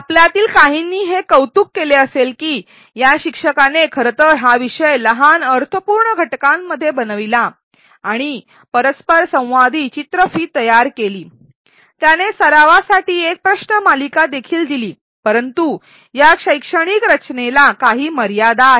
आपल्यातील काहींनी हे कौतुक केले असेल की या शिक्षकाने खरं तर हा विषय लहान अर्थपूर्ण घटकांमध्ये बनविला आणि परस्परसंवादी चित्रफित तयार केली त्याने सरावासाठी एक प्रश्न मालिका देखील दिली परंतु या शैक्षणिक रचनेला काही मर्यादा आहेत